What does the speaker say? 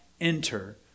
enter